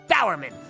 Bowerman